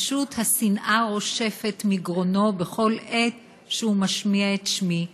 פשוט השנאה רושפת מגרונו בכל עת שהוא משמיע את שמי,